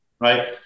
right